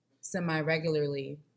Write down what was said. semi-regularly